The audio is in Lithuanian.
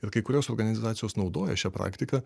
ir kai kurios organizacijos naudoja šią praktiką